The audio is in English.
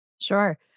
Sure